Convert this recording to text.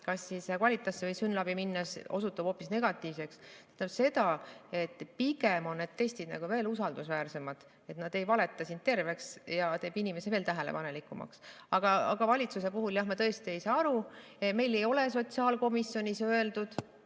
kas Qvalitasse või SYNLAB-i minnes osutub hoopis negatiivseks. See tähendab seda, et pigem on need testid veel usaldusväärsemad, need ei valeta sind terveks ja teevad inimese veel tähelepanelikumaks. Aga valitsuse puhul, jah, ma tõesti ei saa aru. Meile ei ole sotsiaalkomisjonis öeldud,